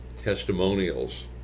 testimonials